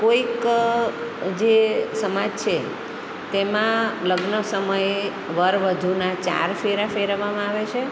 કોઈક જે સમાજ છે તેમાં લગ્ન સમયે વર વધુના ચાર ફેરા ફેરવવામાં આવે છે